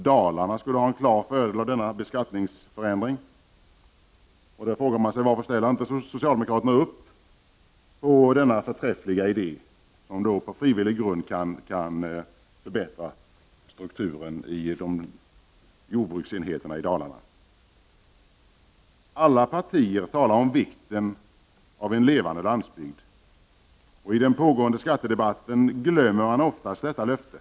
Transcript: Dalarna skulle ha en klar fördel av denna beskattningsförändring. Man frågar sig då: Varför ställer socialdemokraterna inte upp på denna förträffliga idé, som på frivillig grund kan förbättra strukturen på jordbruksenheterna i Dalarna? Alla partier talar om vikten av en levande landsbygd. I den pågående skattedebatten glömmer man oftast detta löfte.